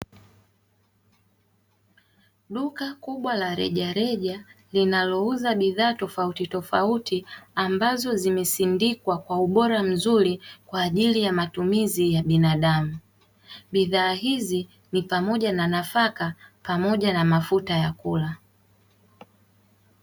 Duka kubwa la rejareja linalouza bidhaa tofauti tofauti, ambazo zimesindikwa kwa ubora mzuri kwa ajili ya matumizi ya binadamu. Bidhaa hizi ni pamoja na nafaka pamoja na mafuta ya kula.